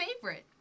favorite